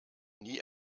nie